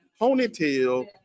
ponytail